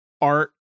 art